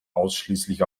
ausschließlich